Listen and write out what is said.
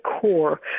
core